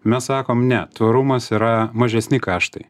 mes sakom ne tvarumas yra mažesni kaštai